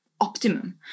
optimum